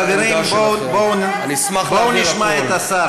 חברים, בואו נשמע את השר.